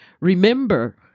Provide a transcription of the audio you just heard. Remember